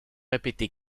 répété